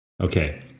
Okay